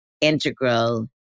integral